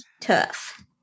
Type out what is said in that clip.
tough